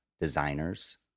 designers